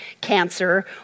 cancer